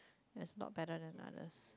there's not better than others